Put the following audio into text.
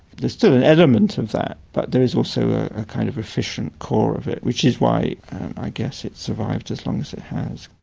there's still an element of that, but there is also a kind of efficient core of it, which is why i guess it's survived as long as it has.